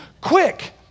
Quick